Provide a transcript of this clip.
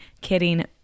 Kidding